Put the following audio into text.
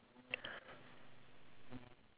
iya true